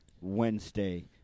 Wednesday